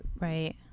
Right